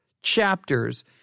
chapters